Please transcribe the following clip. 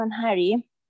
Harry